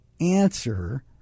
answer